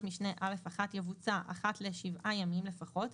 משנה (א)(1) יבוצע אחת ל-7 ימים לפחות,